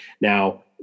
now